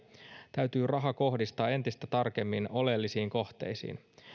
täytyy raha kohdistaa entistä tarkemmin oleellisiin kohteisiin